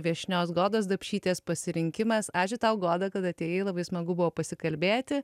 viešnios godos dapšytės pasirinkimas ačiū tau goda kad atėjai labai smagu buvo pasikalbėti